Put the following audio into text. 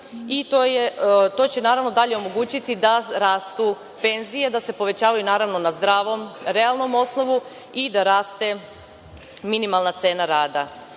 i to će dalje omogućiti da rastu penzije, da se povećavaju na zdravom, realnom osnovu i da raste minimalna cena rada. Iako